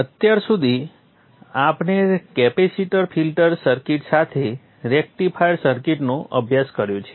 અત્યાર સુધી આપણે કેપેસિટર ફિલ્ટર સર્કિટ સાથે રેક્ટિફાયર સર્કિટનો અભ્યાસ કર્યો છે